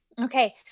Okay